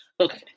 Okay